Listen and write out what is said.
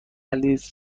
لیتر